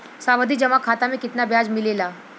सावधि जमा खाता मे कितना ब्याज मिले ला?